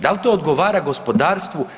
Da li to odgovara gospodarstvu?